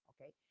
Okay